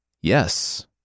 Yes